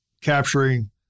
capturing